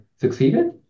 succeeded